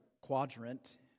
quadrant